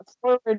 forward